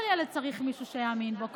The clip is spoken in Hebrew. כל ילד צריך מישהו שיאמין בו,